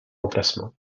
emplacement